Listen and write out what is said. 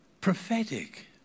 Prophetic